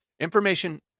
Information